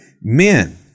men